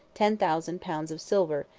ten thousand pounds of silver,